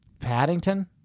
Paddington